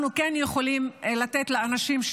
אנחנו כן יכולים לתת לאנשים.